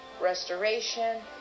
restoration